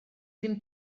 ddim